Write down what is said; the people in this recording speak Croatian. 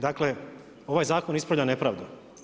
Dakle, ovaj zakon ispravlja nepravdu.